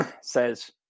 says